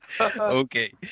Okay